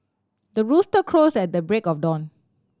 the rooster crows at the break of dawn